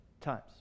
times